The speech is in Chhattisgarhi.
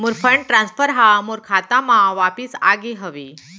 मोर फंड ट्रांसफर हा मोर खाता मा वापिस आ गे हवे